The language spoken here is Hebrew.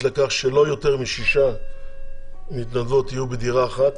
לכך שלא יותר משש מתנדבות יהיו בדירה אחת